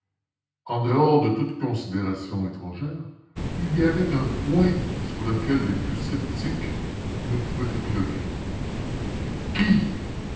en dehors de toute considération étrangère il y avait un point sur lequel les plus sceptiques ne pouvaient épiloguer qui